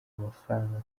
amafaranga